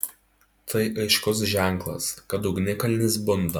tai aiškus ženklas kad ugnikalnis bunda